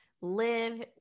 live